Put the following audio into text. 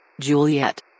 Juliet